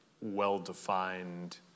well-defined